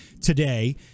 today—